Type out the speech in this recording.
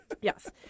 Yes